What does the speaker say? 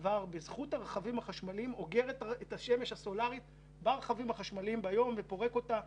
שאוגר את השמש ברכבים החשמליים ביום ופורק אותה.